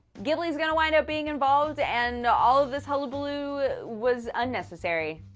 ghibli's gonna wind up being involved, and all of this hullabaloo. was unnecessary.